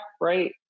right